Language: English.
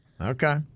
Okay